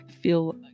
feel